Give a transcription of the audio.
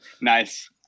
Nice